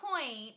point